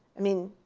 i mean,